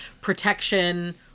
protection